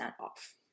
off